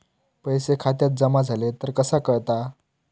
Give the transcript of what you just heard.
पैसे खात्यात जमा झाले तर कसा कळता?